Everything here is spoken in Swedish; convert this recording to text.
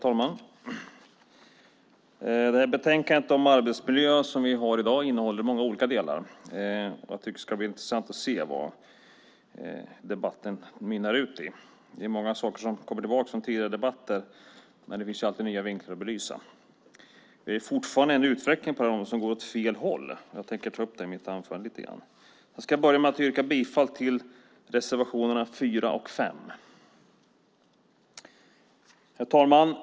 Herr talman! Betänkandet Arbetsmiljö som vi har att debattera i dag innehåller många olika delar. Det ska bli intressant att se vad debatten mynnar ut i. Det är många saker som kommer tillbaka från tidigare debatter, men det finns alltid nya vinklar att belysa det från. Vi har fortfarande en utveckling på detta område som går åt fel håll. Jag tänker ta upp lite grann om det i mitt anförande. Jag börjar med att yrka bifall till reservationerna 4 och 5. Herr talman!